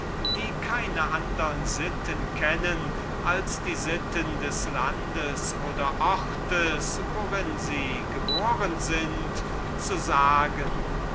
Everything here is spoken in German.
die keine andre sitten kennen als die sitten des landes oder ortes worin sie geboren sind zu sagen